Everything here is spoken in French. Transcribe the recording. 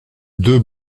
deux